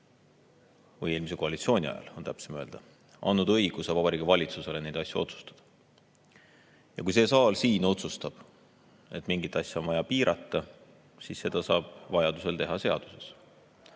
või eelmise koalitsiooni ajal on täpsem öelda – andnud õiguse Vabariigi Valitsusele neid asju otsustada. Ja kui see saal siin otsustab, et mingit asja on vaja piirata, siis seda saab vajadusel teha seaduses. Ehk